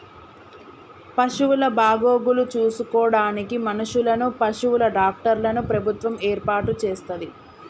పశువుల బాగోగులు చూసుకోడానికి మనుషులను, పశువుల డాక్టర్లను ప్రభుత్వం ఏర్పాటు చేస్తది